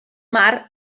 mar